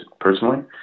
personally